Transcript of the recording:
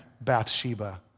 Bathsheba